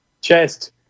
chest